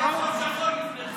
היה חור שחור לפני כן.